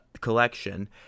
collection